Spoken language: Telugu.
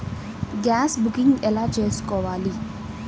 గ్యాస్ బుకింగ్ ఎలా చేసుకోవాలి?